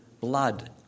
blood